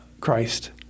Christ